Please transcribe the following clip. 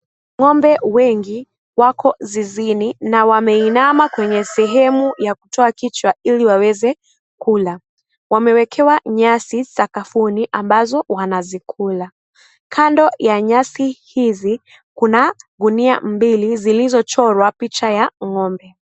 Ngombe wengi wako zizini na wameinama kwenye sehemu ya kutoa kichwa ili waweze kula wamewekewa nyasi sakafuni ambazo wanazikula, kando ya nyasi hizi kuna gunia mbili zilizochorwa picha ya ngombe .